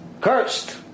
cursed